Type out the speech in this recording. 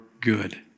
good